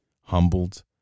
humbled